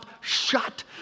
shut